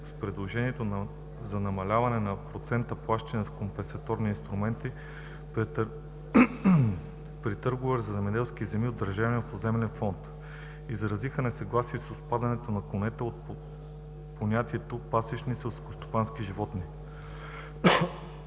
с предложението за намаляване на процента, плащан с компенсаторни инструменти при търгове за земеделски земи от държавния поземлен фонд. Изразиха несъгласие и с отпадането на конете от понятието „Пасищни селскостопански животни“.